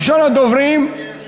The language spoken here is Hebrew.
ראשון הדוברים, אדוני היושב-ראש,